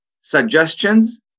suggestions